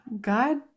God